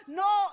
no